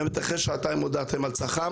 זאת אומרת, אחרי שעתיים הודעתם על צח"ם,